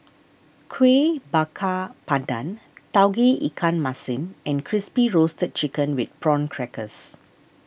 Kueh Bakar Pandan Tauge Ikan Masin and Crispy Roasted Chicken with Prawn Crackers